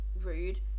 rude